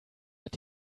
hat